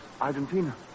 Argentina